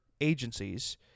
agencies